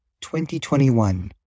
2021